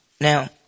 Now